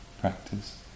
practice